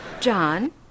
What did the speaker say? John